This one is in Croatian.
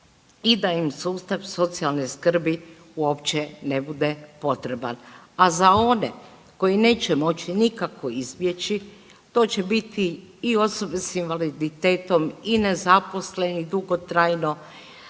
i da im sustav socijalne skrbi uopće ne bude potreban. A za one koji neće moći nikako izbjeći to će biti i osobe s invaliditetom i nezaposleni dugotrajno